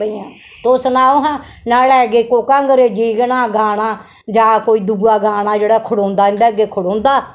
तुस सनाओ हां न्हाड़े अग्गे कोह्का अंग्रेजी के नां गाना जां कोई दूआ गाना जेह्ड़ा खड़ोंदा इं'दे अग्गें खड़ोंदा